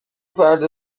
فرد